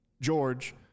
George